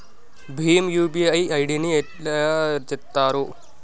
Bhim UPI ID ని ఎట్లా చేత్తరు?